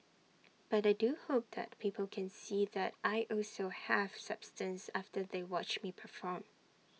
but I do hope that people can see that I also have substance after they watch me perform